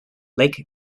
lake